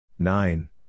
Nine